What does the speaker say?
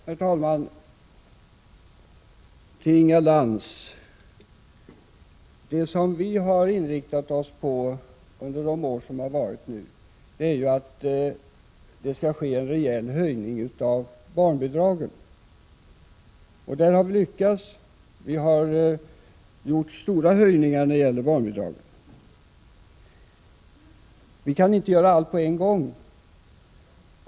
Herr talman! Till Inga Lantz vill jag säga att vi under innevarande regeringsperiod har inriktat oss på att höja barnbidragen rejält. Det har vi också lyckats med. Men vi kan inte göra allt på en gång.